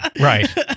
right